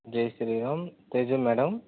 Jai Shri Ram Teju madam